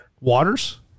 waters